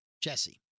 Jesse